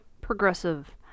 progressive